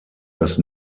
das